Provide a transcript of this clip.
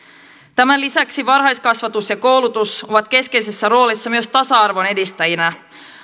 tämän lisäksi varhaiskasvatus ja koulutus ovat keskeisissä rooleissa myös tasa arvon edistäjinä